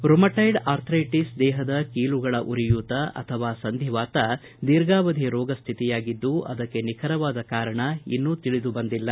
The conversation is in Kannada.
ರುಮಟಾಯ್ಡ್ ಆರ್ಥೈಟಿಸ್ ದೇಹದ ಕೀಲುಗಳ ಉರಿಯೂತ ಅಥವಾ ಸಂಧಿವಾತ ದೀರ್ಘಾವಧಿ ರೋಗ ಸ್ಥಿತಿಯಾಗಿದ್ದು ಅದಕ್ಕೆ ನಿಖರವಾದ ಕಾರಣ ಇನ್ನೂ ತಿಳಿದು ಬಂದಿಲ್ಲ